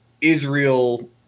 Israel